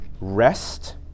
rest